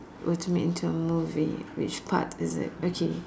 were to made into a movie which part is it okay